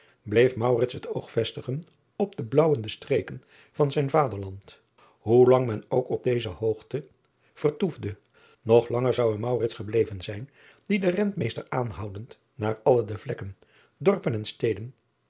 bleef het oog vestigen op de blaauwende streken van zijn vaderland oe lang men ook op deze hoogte vertoesde nog langer zou er gebleven zijn die den entmeester aanhoudend naar alle de vlekken dorpen en steden